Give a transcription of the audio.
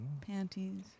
panties